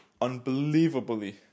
Unbelievably